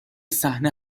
صحنه